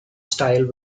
style